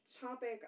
topic